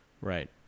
Right